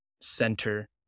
center